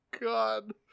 God